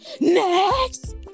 Next